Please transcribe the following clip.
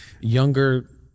younger